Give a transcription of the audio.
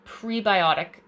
prebiotic